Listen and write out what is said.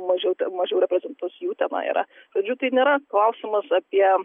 mažiau te mažiau reprezentuos jų tenai yra žodžiu tai nėra klausimas apie